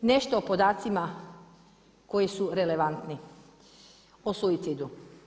Nešto o podacima koji su relevantni o suicidu.